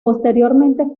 posteriormente